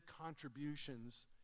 contributions